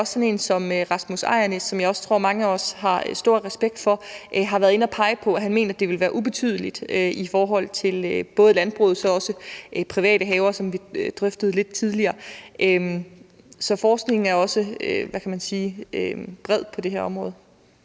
som Rasmus Ejrnæs, som jeg også tror mange af os har stor respekt for, har været inde at pege på, at det vil være ubetydeligt i forhold til både landbruget og så også private haver, som vi drøftede lidt tidligere. Så forskningen er også, hvad kan man